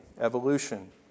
evolution